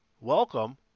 welcome